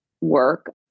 work